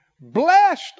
Blessed